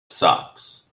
socks